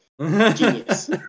genius